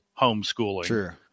homeschooling